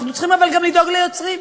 אבל אנחנו צריכים גם לדאוג ליוצרים.